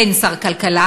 אין שר כלכלה,